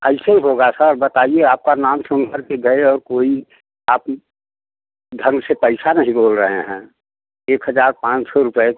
ऐसे होगा सर बताइए आपका नाम सुन कर के गए और कोई आप ढंग से पैसा नहीं बोल रहे हैं एक हजार पाँच सौ रुपये